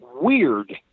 weird